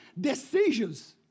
decisions